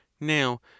Now